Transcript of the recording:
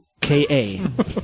K-A